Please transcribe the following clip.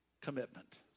commitment